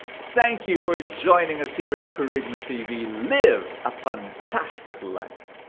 thank you for joining us here in kerygma tv. live a fantastic life!